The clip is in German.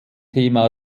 thema